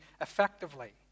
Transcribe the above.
effectively